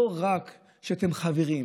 לא רק שאתם חברים,